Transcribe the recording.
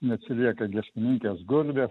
neatsilieka giesmininkės gulbės